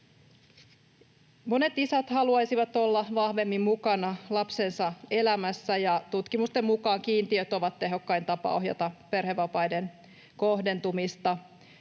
Monet isät haluaisivat olla vahvemmin mukana lapsensa elämässä, ja tutkimusten mukaan kiintiöt ovat tehokkain tapa ohjata perhevapaiden kohdentumista.